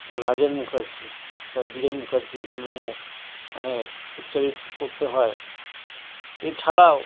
sir Rajen Mukherjee sir Biren Mukherjee এদের নামও মানে উচ্চারণ করতে হয় এছাড়াও